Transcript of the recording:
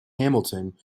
hamilton